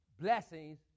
blessings